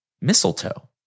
mistletoe